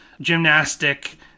gymnastic